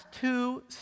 two